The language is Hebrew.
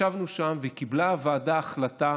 ישבנו שם, והוועדה קיבלה החלטה